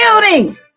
building